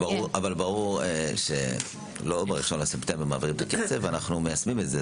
ברור שלא ב-1 בספטמבר מעבירים את הכסף ואנחנו מיישמים את זה,